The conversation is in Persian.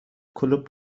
کلوپ